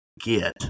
get